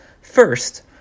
First